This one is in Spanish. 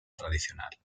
tradicional